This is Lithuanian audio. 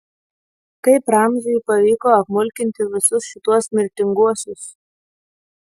kaip ramziui pavyko apmulkinti visus šituos mirtinguosius